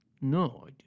no